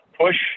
push